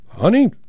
Honey